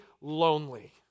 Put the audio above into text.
lonely